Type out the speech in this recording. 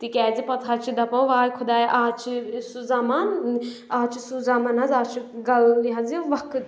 تِکیازِ پتہٕ حظ چھِ دَپان واے خۄدایہِ آز چھِ سُہ زمان آز چھِ سُہ زَمان حظ آز چھُ غلط یہِ حظ یہِ وقت چھُ